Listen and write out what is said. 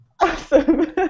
Awesome